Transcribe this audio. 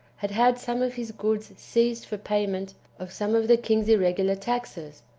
had had some of his goods seized for payment of some of the king's irregular taxes,